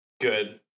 Good